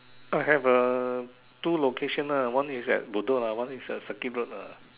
I have a two location ah one is at Bedok lah one is at Circuit road lah